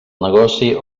negoci